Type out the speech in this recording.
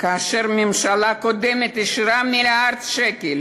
כאשר הממשלה הקודמת אישרה מיליארד שקל